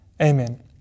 Amen